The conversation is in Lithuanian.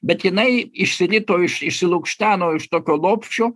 bet jinai išsirito iš išsilukšteno iš tokio lopšio